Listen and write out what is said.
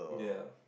yeah